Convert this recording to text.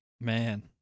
Man